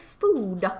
food